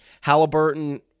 Halliburton